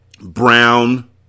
Brown